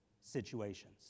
situations